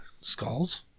skulls